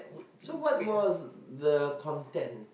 so what was the content